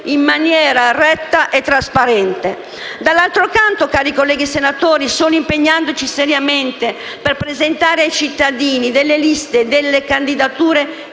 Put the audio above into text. in maniera retta e trasparente. D'altro canto, cari colleghi senatori, solo impegnandoci seriamente per presentare ai cittadini liste e candidature